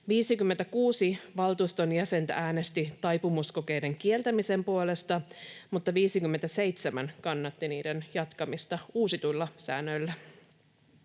56 valtuuston jäsentä äänesti taipumuskokeiden kieltämisen puolesta, mutta 57 kannatti niiden jatkamista uusituilla säännöillä.